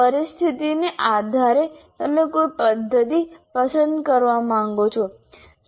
પરિસ્થિતિને આધારે તમે કોઈ પદ્ધતિ પસંદ કરવા માંગો છો